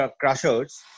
crushers